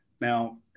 Now